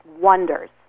wonders